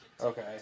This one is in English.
Okay